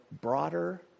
broader